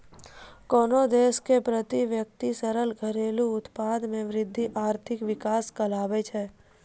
कोन्हो देश के प्रति व्यक्ति सकल घरेलू उत्पाद मे वृद्धि आर्थिक विकास कहलाबै छै